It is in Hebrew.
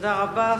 תודה רבה.